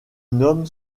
nomme